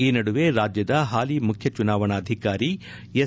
ಈ ನಡುವೆ ರಾಜ್ಯದ ಹಾಲಿ ಮುಖ್ಯ ಚುನಾವಣಾಧಿಕಾರಿ ಎಸ್